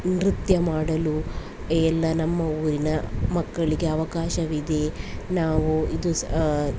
ನೃತ್ಯ ಮಾಡಲು ಎಲ್ಲ ನಮ್ಮ ಊರಿನ ಮಕ್ಕಳಿಗೆ ಅವಕಾಶವಿದೆ ನಾವು ಇದು ಸ್